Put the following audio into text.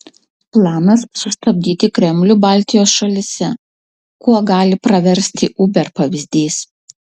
planas sustabdyti kremlių baltijos šalyse kuo gali praversti uber pavyzdys